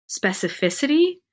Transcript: specificity